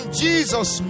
jesus